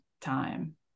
time